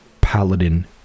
paladin